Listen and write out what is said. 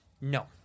No